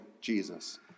Jesus